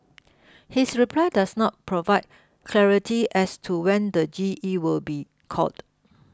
his reply does not provide clarity as to when the G E will be called